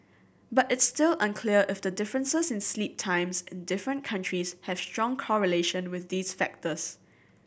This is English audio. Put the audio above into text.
but it's still unclear if the differences in sleep times in different countries have strong correlation with these factors